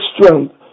strength